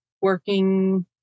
working